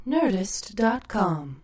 Nerdist.com